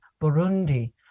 Burundi